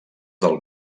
del